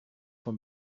von